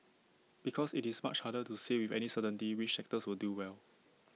because IT is much harder to say with any certainty which sectors will do well